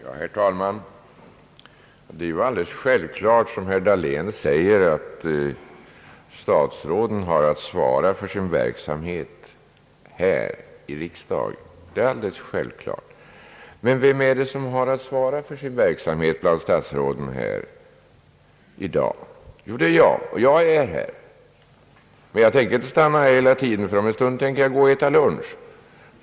Herr talman! Det är självklart, som herr Dahlén säger, att statsråden har att svara för sin verksamhet här i riksdagen. Nå, vem bland statsråden har att svara för sin verksamhet här i dag? Jo, det är jag, och jag är här, men jag tänker inte stanna i kammaren hela tiden — jag tänker snart gå och äta lunch.